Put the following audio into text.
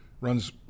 runs